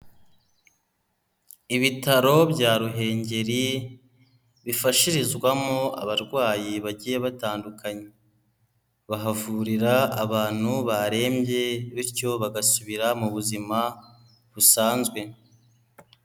Ibitaro bya ruhengeri bifashirizwamo abarwayi bagiye batandunye, bahavurira abantu barembye bityo bagasubira mu buzima busanzwe.